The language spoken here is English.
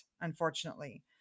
unfortunately